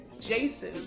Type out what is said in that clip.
jason